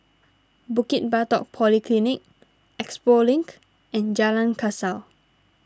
Bukit Batok Polyclinic Expo Link and Jalan Kasau